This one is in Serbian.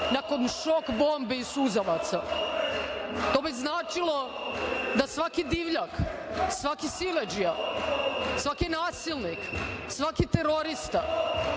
nakon šok bombi i suzavaca, to bi značilo da svaki divljak, svaki siledžija, svaki nasilnik, svaki terorista,